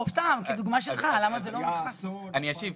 אני אשיב.